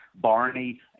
barney